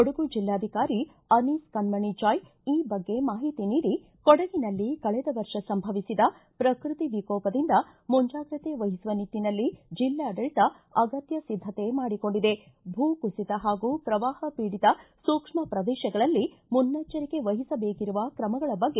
ಕೊಡಗು ಜಿಲ್ಲಾಧಿಕಾರಿ ಅನೀಸ್ ಕಣ್ಣಣಿ ಜಾಯ್ ಈ ಬಗ್ಗೆ ಮಾಹಿತಿ ನೀಡಿ ಕೊಡಗಿನಲ್ಲಿ ಕಳೆದ ವರ್ಷ ಸಂಭವಿಸಿದ ಪ್ರಕೃತಿ ವಿಕೋಪದಿಂದ ಮುಂಜಾಗ್ರತೆ ವಹಿಸುವ ನಿಟ್ಟನಲ್ಲಿ ಜಿಲ್ಲಾಡಳತ ಅಗತ್ತ ಸಿದ್ದತೆ ಮಾಡಿಕೊಂಡಿದೆ ಭೂಕುಸಿತ ಹಾಗೂ ಪ್ರವಾಹ ಪೀಡಿತ ಸೂಕ್ಷ್ಮ ಪ್ರದೇಶಗಳಲ್ಲಿ ಮುನ್ನೆಚ್ಚರಿಕೆ ವಹಿಸಬೇಕಿರುವ ತ್ರಮಗಳ ಬಗ್ಗೆ